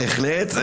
בהחלט.